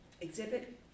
exhibit